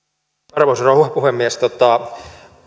arvoisa rouva puhemies